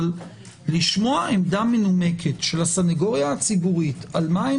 אבל לשמוע עמדה מנומקת של הסנגוריה הציבורית על מה הם